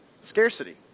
Scarcity